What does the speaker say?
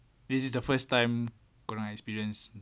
this is the first time kurang experience